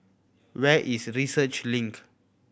where is Research Link